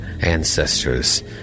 Ancestors